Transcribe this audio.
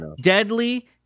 deadly